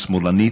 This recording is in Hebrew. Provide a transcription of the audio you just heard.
את שמאלנית?